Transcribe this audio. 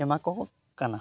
ᱮᱢᱟᱠᱚ ᱠᱟᱱᱟ